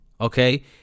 okay